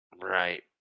Right